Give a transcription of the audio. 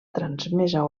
transmesa